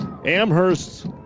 Amherst